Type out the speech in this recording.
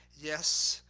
yes,